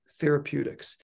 therapeutics